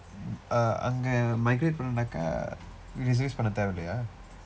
uh அங்க:angka migrate பண்ணனும்னா:pannanumnaa reservice பண்ண தேவை இல்லையா:panna theevai illaiyaa